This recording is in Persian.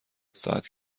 ساعت